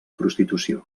prostitució